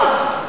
מעולם,